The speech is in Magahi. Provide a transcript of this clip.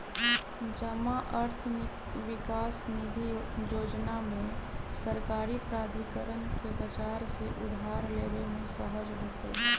जमा अर्थ विकास निधि जोजना में सरकारी प्राधिकरण के बजार से उधार लेबे में सहज होतइ